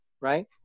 right